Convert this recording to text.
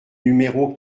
numéro